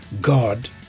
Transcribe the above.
God